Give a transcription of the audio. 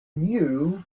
knew